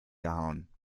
gehauen